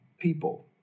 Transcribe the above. people